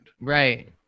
Right